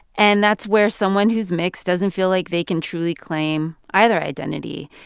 and that's where someone who's mixed doesn't feel like they can truly claim either identity.